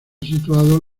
situados